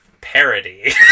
parody